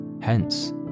hence